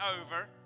over